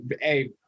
hey